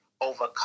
overcome